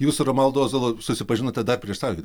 jūs su romualdo ozolu susipažinote dar prieš sąjūdį